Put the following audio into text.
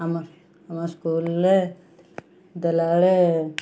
ଆମ ଆମ ସ୍କୁଲରେ ଦେଲାବେଳେ